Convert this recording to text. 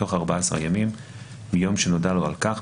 בתוך ארבע עשר מיום מיום שנודע לו על כך,